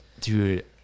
Dude